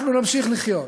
אנחנו נמשיך לחיות.